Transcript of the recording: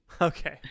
Okay